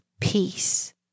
peace